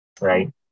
right